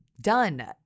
Done